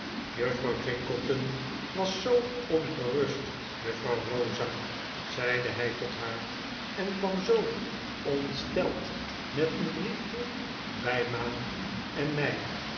juifrouw twinkleton was zoo ongerust juffrouw rosa zeide hy tot haar en kwam zoo ontsteld met uw briefje bij ma en mij